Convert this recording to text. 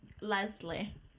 Leslie